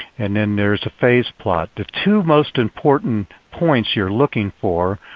and then there's the phase plot. the two most important points you're looking for,